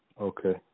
Okay